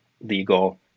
legal